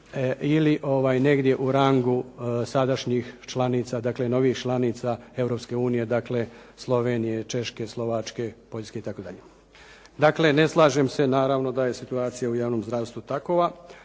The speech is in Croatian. ili negdje u rangu sadašnjih članica, dakle novijih članica Europske unije, dakle Slovenije, Češke, Slovačke, Poljske i tako dalje. Dakle, ne slažem se naravno da je situacija u javnom zdravstvu takva,